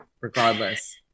regardless